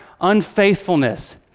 unfaithfulness